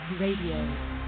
Radio